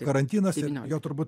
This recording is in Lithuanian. karantinas ir jo turbūt